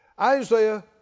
Isaiah